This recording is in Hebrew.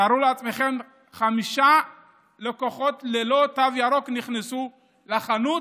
תארו לעצמכם שחמישה לקוחות ללא תו ירוק נכנסו לחנות,